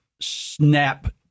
snap